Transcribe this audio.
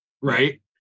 right